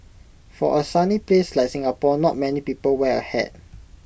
for A sunny place like Singapore not many people wear A hat